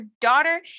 daughter